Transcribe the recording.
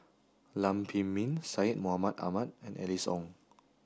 Lam Pin Min Syed Mohamed Ahmed and Alice Ong